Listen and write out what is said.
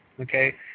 okay